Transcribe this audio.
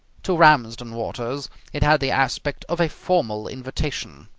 to ramsden waters it had the aspect of a formal invitation.